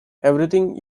everything